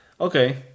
okay